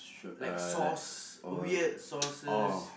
like sauce weird sauces